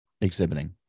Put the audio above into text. exhibiting